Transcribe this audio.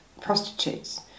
prostitutes